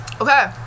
Okay